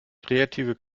kreative